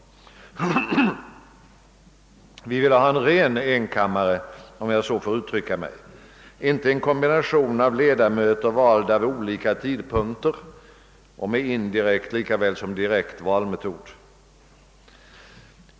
Vi ville ha en ren enkammare, om jag så får uttrycka mig, inte en kombination av ledamöter valda vid olika tidpunkter och med indirekt lika väl som direkt valmetod.